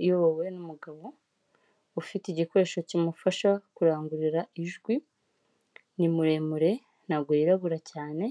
Uyu ni umugabo ufite igikoresho kimufasha kurangurura ijwi, ni muremure, ntabwo yirabura cyane,